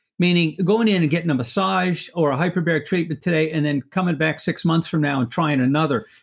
meaning, going in and getting a massage or a hyperbaric treatment today, and then coming back six months from now and trying another,